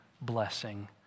blessing